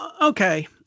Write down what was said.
okay